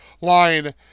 line